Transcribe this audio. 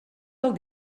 del